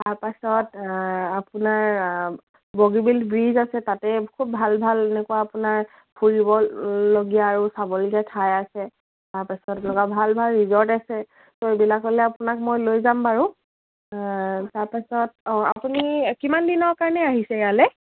তাৰপাছত আপোনাৰ বগীবিল ব্ৰিজ আছে তাতে খুব ভাল ভাল এনেকুৱা আপোনাৰ ফুৰিবলগীয়া আৰু চাবলগীয়া ঠাই আছে তাৰপাছত লগা ভাল ভাল ৰিজৰ্ট আছে ত' এইবিলাকলে আপোনাক মই লৈ যাম বাৰু তাৰপাছত অঁ আপুনি কিমান দিনৰ কাৰণে আহিছে ইয়ালে